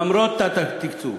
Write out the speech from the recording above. למרות התת-תקצוב